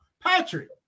Patrick